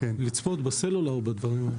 לצפות בסלולר.